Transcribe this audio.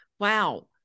Wow